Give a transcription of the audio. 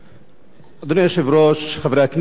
אדוני היושב-ראש, חברי הכנסת, כבוד השר,